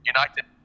United